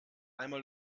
einmal